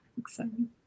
Exciting